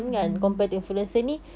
mmhmm